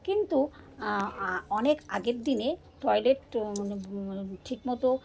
কিন্তু অনেক আগের দিনে টয়লেট ঠিকমতো